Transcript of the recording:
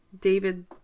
david